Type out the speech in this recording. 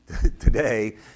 today